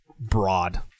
broad